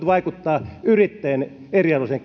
vaikuttaa yrittäjien eriarvoiseen